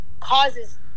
causes